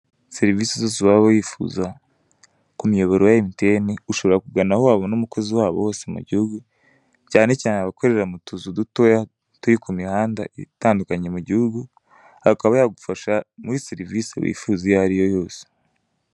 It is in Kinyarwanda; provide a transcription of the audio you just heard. Serivisi zose wababa wifuza ku miyoboro ya MTN ushobora kugana aho wabona umukozi wabo hose mu gihugu, cyane cyane abakorera mu tuzu dutoya turi ku mihanda itandukanye mu gihugu, akaba yagufasha muri serivisi wifuza iyo ariyo yose.